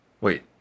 Wait